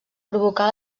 provocà